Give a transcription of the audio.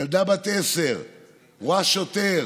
ילדה בת עשר רואה שוטר,